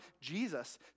Jesus